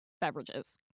beverages